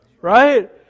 Right